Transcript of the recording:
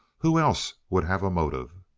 who else would have a motive?